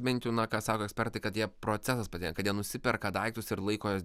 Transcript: bent jau na ką sako ekspertai kad jie procesas patinka kad jie nusiperka daiktus ir laiko jas